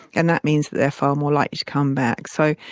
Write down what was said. and that means that they are far more likely to come back. so,